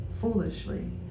foolishly